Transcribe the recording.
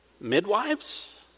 midwives